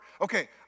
Okay